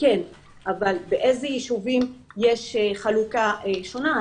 באיזה יישובים יש חלוקה שונה,